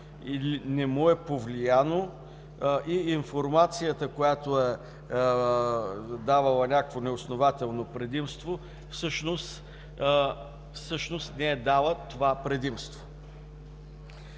не му е повлияно, или информацията, която е давала някакво неоснователно предимство, всъщност не е дала това предимство.